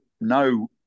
No